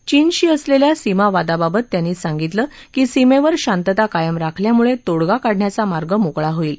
चीनशी असलेल्या सीमावादाबाबत त्यांनी सांगितलं की सीमेवर शांतता कायम राखल्यामुळे तोडगा काढण्याचा मार्ग मोकळा होईल